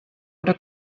oder